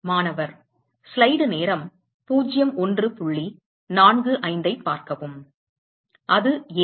மாணவர் அது ஏன்